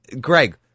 Greg